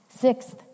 Sixth